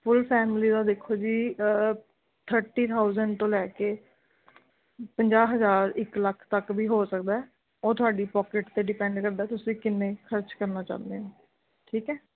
ਫੁਲ family ਦਾ ਦੇਖੋ ਜੀ ਥਰਟੀ ਥਾਊਜੈਂਟ ਤੋਂ ਲੈ ਕੇ ਪੰਜਾਹ ਹਜ਼ਾਰ ਇੱਕ ਲੱਖ ਤੱਕ ਵੀ ਹੋ ਸਕਦਾ ਉਹ ਤੁਹਾਡੀ ਪੋਕਿਟ 'ਤੇ ਡਿਪੈਂਡ ਕਰਦਾ ਤੁਸੀਂ ਕਿੰਨੇ ਖਰਚ ਕਰਨਾ ਚਾਹੁੰਦੇ ਹੋ ਠੀਕ ਹੈ